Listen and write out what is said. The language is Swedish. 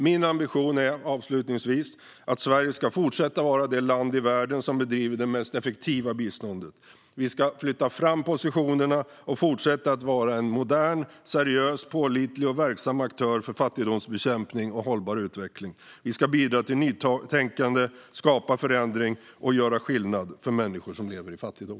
Min ambition är att Sverige ska fortsätta att vara det land i världen som bedriver det mest effektiva biståndet. Sverige ska flytta fram positionerna och fortsätta att vara en modern, seriös, pålitlig och verksam aktör för fattigdomsbekämpning och hållbar utveckling. Vi ska bidra till nytänkande, skapa förändring och göra skillnad för människor som lever i fattigdom.